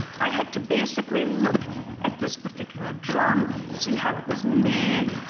i had to basically look at this particular drum, see how it was made,